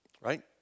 right